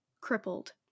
crippled